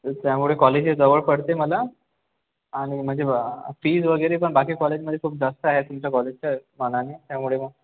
त्यामुळे कॉलेजही जवळ पडते मला आणि म्हणजे फीज वगैरे पण बाकी कॉलेजमध्ये खूप जास्त आहे तुमच्या कॉलेजच्या मानाने त्यामुळे मग